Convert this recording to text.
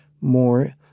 more